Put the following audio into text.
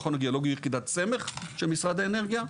המכון הגיאולוגי הוא יחידת סמך של משרד האנרגיה.